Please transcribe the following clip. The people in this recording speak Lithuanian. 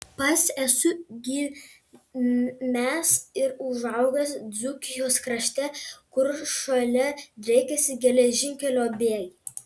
pats esu gimęs ir užaugęs dzūkijos krašte kur šalia driekėsi geležinkelio bėgiai